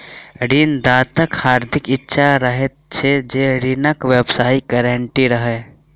ऋण दाताक हार्दिक इच्छा रहैत छै जे ऋणक वापसीक गारंटी रहय